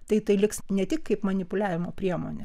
tai tai liks ne tik kaip manipuliavimo priemonė